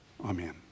Amen